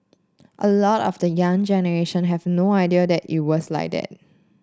a lot of the young generation have no idea that it was like that